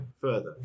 further